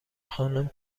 خانوم